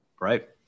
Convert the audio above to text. Right